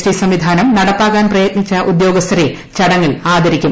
T സംവിധാനം ന്ടപ്പാക്കാൻ പ്രയത്നിച്ച ഉദ്യോഗസ്ഥരെ ചടങ്ങിൽ ആദരിക്കും